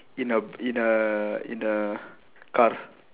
in a in a in a car